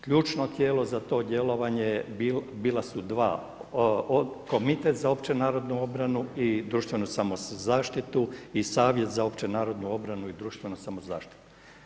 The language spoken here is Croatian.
Ključno tijelo za to djelovanje, bila su 2, komitet, za opću narodnu obranu i društvenu samozaštiti i savjet za opću narodnu obranu i društvenu samozaštiti.